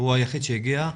והוא היחיד שהגיע,